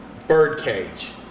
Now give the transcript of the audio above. Birdcage